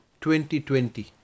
2020